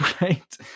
right